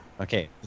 Okay